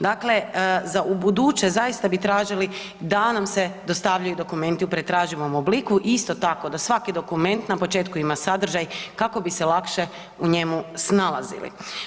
Dakle, za ubuduće zaista bi tražili da nam se dostavljaju dokumenti u pretraživom obliku, isto tako da svaki dokument na početku ima sadržaj kako bi se lakše u njemu snalazili.